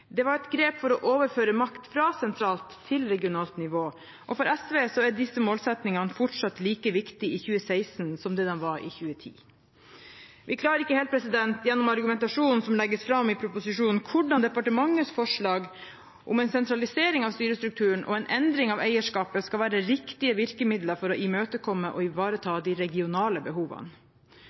Det var et grep for å overføre makt fra sentralt til regionalt nivå. For SV er disse målsettingene like viktige i 2016 som de var i 2010. Vi klarer ikke helt gjennom argumentasjonen som legges fram i proposisjonen, å se hvordan departementets forslag om en sentralisering av styrestrukturen og en endring av eierskapet skal være riktige virkemidler for å imøtekomme og ivareta de regionale behovene.